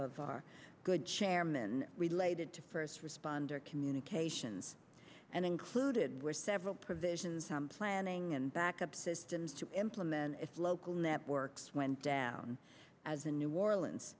of our good chairman related to first responder communications and included were several provisions some planning and backup systems to implement if local networks went down as a new orleans